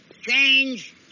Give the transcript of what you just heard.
Change